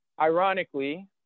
ironically